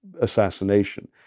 assassination